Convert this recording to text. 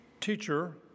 Teacher